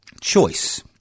choice